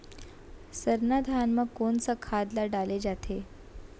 सरना धान म कोन सा खाद ला डाले जाथे?